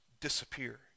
disappear